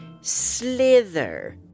Slither